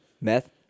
Meth